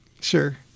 sure